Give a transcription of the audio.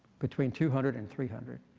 between two hundred and three hundred.